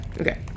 Okay